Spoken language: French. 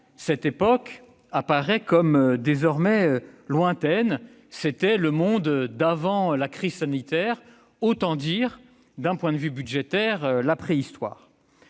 cette époque paraît désormais lointaine : c'était le monde d'avant la crise sanitaire- autant dire, d'un point de vue budgétaire, la préhistoire.